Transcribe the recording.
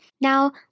Now